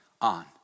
on